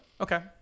Okay